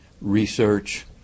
research